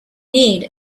need